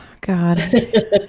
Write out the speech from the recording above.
god